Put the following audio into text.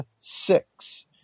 six